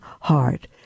heart